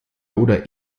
oder